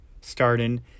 starting